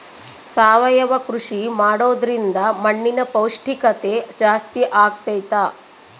ಸಾವಯವ ಕೃಷಿ ಮಾಡೋದ್ರಿಂದ ಮಣ್ಣಿನ ಪೌಷ್ಠಿಕತೆ ಜಾಸ್ತಿ ಆಗ್ತೈತಾ?